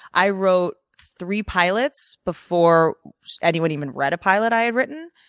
i wrote three pilots before anyone even read a pilot i had written.